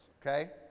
Okay